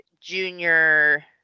Junior